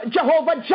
Jehovah